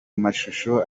mashusho